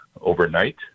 overnight